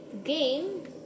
game